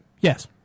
yes